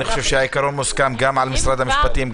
אני חושב שהעיקרון מוסכם גם על משרד המשפטים,